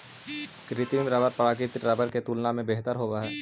कृत्रिम रबर प्राकृतिक रबर के तुलना में बेहतर होवऽ हई